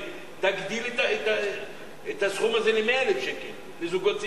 תגדיל את הסכום הזה ל-100,000 שקל לזוגות צעירים.